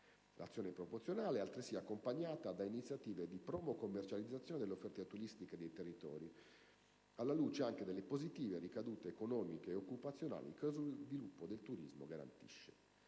L'azione promozionale è altresì accompagnata da iniziative di promo-commercializzazione delle offerte turistiche dei territori, alla luce anche delle positive ricadute economiche e occupazionali che lo sviluppo del turismo garantisce.